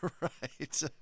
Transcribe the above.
Right